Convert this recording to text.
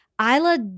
Isla